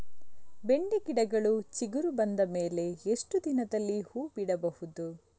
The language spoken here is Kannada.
ಬೆಂಡೆ ಗಿಡಗಳು ಚಿಗುರು ಬಂದ ಮೇಲೆ ಎಷ್ಟು ದಿನದಲ್ಲಿ ಹೂ ಬಿಡಬಹುದು?